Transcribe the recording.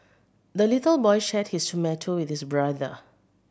the little boy shared his tomato with his brother